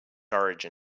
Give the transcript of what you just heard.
origin